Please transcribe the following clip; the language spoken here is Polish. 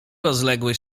rozległy